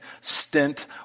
stint